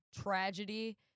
tragedy